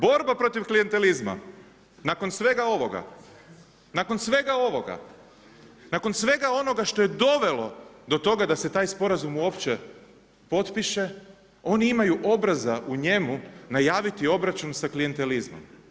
Borba protiv klijentelizma nakon svega ovoga, nakon svega ovoga, nakon svega onoga što je dovelo do toga da se taj sporazum uopće potpiše oni imaju obraza u njemu najaviti obračun sa klijentelizmom.